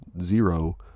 zero